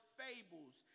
fables